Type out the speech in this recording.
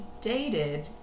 dated